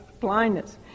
blindness